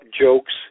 jokes